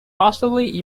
possibly